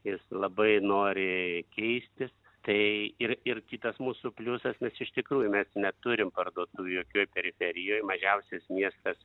jis labai nori keistis tai ir ir kitas mūsų pliusas mes iš tikrųjų mes neturim parduotuvių jokioj periferijoj mažiausias miestas